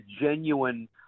genuine